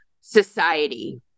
society